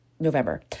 November